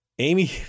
Amy